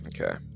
Okay